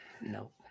Nope